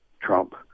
Trump